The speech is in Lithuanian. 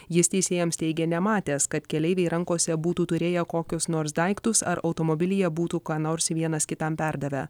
jis teisėjams teigė nematęs kad keleiviai rankose būtų turėję kokius nors daiktus ar automobilyje būtų ką nors vienas kitam perdavę